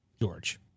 George